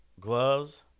gloves